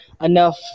enough